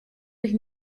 sich